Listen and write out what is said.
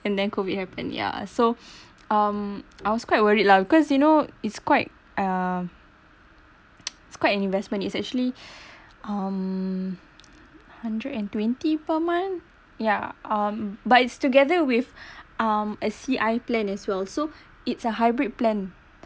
and then COVID happen yeah so um I was quite worried lah because you know it's quite uh it's quite an investment it's actually um a hundred and twenty per month ya um but it's together with um a C_I plan as well so it's a hybrid plan